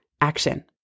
action